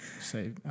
Say